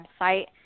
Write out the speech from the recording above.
website